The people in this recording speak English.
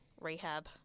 rehab